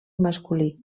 masculí